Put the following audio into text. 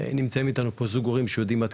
נמצאים איתנו פה זוג הורים שיודעים עד